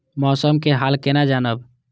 मौसम के हाल केना जानब?